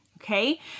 okay